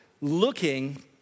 looking